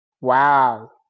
Wow